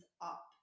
up